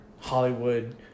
Hollywood